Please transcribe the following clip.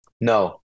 No